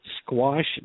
squash